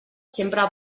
sempre